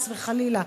חס וחלילה,